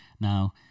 Now